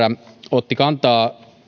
otti kantaa